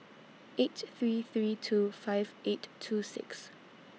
eight three three two five eight two six